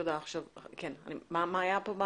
מה היה פה?